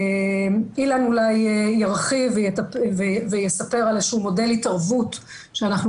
אילן אולי ירחיב ויספר על איזה שהוא מודל התערבות שאנחנו